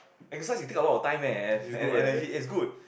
exercise you take a lot time eh and energy it's good